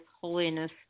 holiness